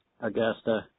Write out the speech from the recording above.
Augusta